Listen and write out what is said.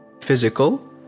Physical